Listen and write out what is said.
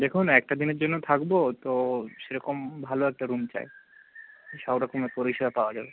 দেখুন একটা দিনের জন্য থাকব তো সেরকম ভালো একটা রুম চাই সব রকমের পরিষেবা পাওয়া যাবে